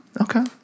Okay